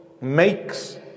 makes